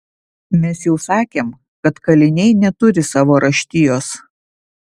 mes jau sakėm kad kaliniai neturi savo raštijos